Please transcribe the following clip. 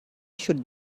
should